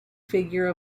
figure